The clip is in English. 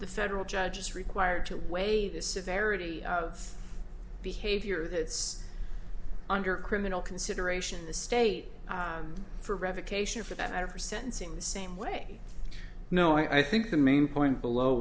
the federal judge is required to weigh the severity of behavior that's under criminal consideration in the state for revocation for that matter for sentencing the same way no i think the main point below